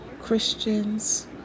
Christians